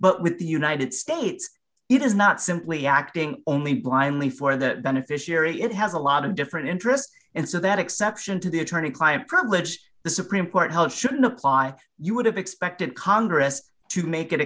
but with the united states it is not simply acting only blindly for the beneficiary it has a lot of different interests and so that exception to the attorney client privilege the supreme court house should not apply you would have expected congress to make it